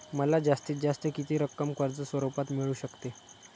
मला जास्तीत जास्त किती रक्कम कर्ज स्वरूपात मिळू शकते?